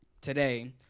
today